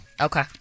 Okay